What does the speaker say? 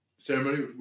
Ceremony